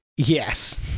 yes